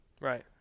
Right